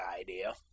idea